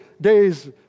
days